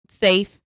safe